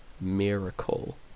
miracle